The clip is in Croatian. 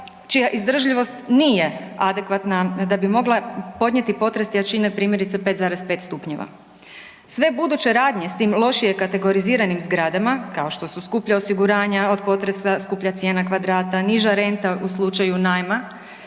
čija izdržljivost nije adekvatna da bi mogla podnijeti potres jačine primjerice 5,5 stupnjeva. Sve buduće radne s tim lošije kategoriziranim zgradama kao što su skuplja osiguranja od potresa, skuplja cijena kvadrata, niža renta u slučaju najma